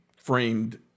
framed